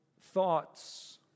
thoughts